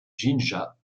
jinja